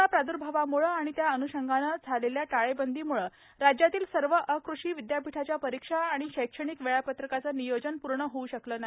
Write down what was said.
corona प्रादर्भावाम्ळे आणि त्या अन्षंगाने झालेल्या टाळेबंदीम्ळे राज्यातील सर्व अकृषी विद्यापीठाच्या परीक्षा आणि शैक्षणिक वेळापत्रकाचे नियोजन पूर्ण होऊ शकले नाही